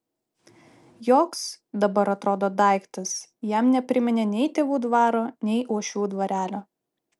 joks dabar atrodo daiktas jam nepriminė nei tėvų dvaro nei uošvių dvarelio